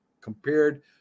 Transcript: compared